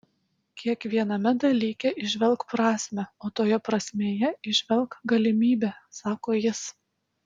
kiekviename dalyke įžvelk prasmę o toje prasmėje įžvelk galimybę sako jis